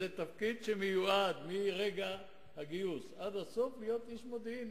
זה תפקיד למי שמיועד מרגע הגיוס עד הסוף להיות איש מודיעין,